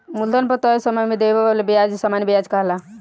मूलधन पर तय समय में देवे वाला ब्याज सामान्य व्याज कहाला